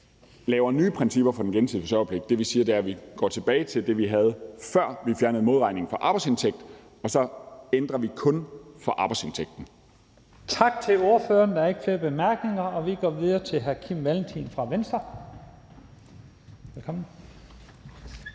laver nye principper for den gensidige forsørgerpligt. Det, vi siger, er, at vi går tilbage til det, vi havde, før vi fjernede modregningen på arbejdsindtægt, og så ændrer vi det kun for arbejdsindtægten. Kl. 11:49 Første næstformand (Leif Lahn Jensen): Tak til ordføreren. Der er ikke flere korte bemærkninger. Vi går videre til hr. Kim Valentin fra Venstre. Velkommen.